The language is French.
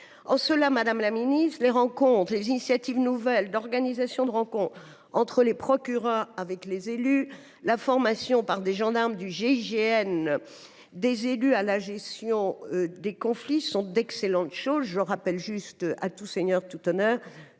pourquoi, madame la ministre, les initiatives nouvelles d’organisation de rencontres entre les procureurs et les élus, la formation des élus par des gendarmes du GIGN à la gestion des conflits sont d’excellentes choses. Je rappelle – à tout seigneur, tout honneur